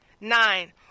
Nine